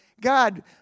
God